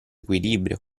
equilibrio